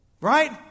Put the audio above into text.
Right